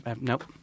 Nope